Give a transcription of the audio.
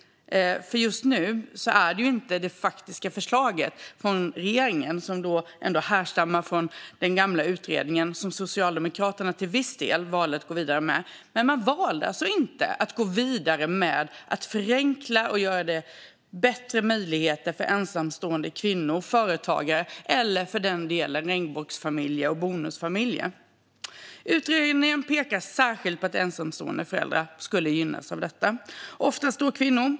Just nu handlar det inte om något faktiskt förslag från regeringen. Det här härstammar ändå från en gammal utredning som Socialdemokraterna till viss del valde att gå vidare med. De valde dock inte att gå vidare med att förenkla och skapa bättre möjligheter för ensamstående kvinnor, företagare eller regnbågs och bonusfamiljer. Utredningen pekar särskilt på att ensamstående föräldrar skulle gynnas av förslaget.